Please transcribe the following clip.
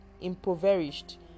impoverished